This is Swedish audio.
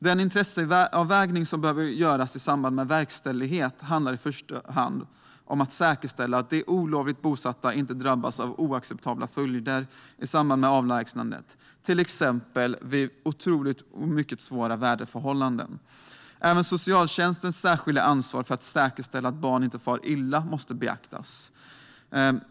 Den intresseavvägning som behöver göras i samband med verkställighet handlar i första hand om att säkerställa att olovligt bosatta inte drabbas av oacceptabla följder i samband med avlägsnandet, till exempel vid mycket svåra väderförhållanden. Även socialtjänstens särskilda ansvar för att säkerställa att barn inte far illa måste beaktas.